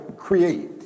create